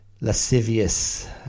lascivious